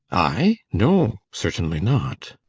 i? no, certainly not.